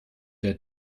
der